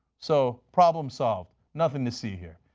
so problem solved, nothing to see here.